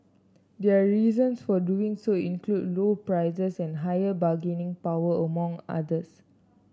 their reasons for doing so include low prices and higher bargaining power among others